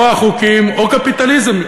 או אחוקים או קפיטליזם.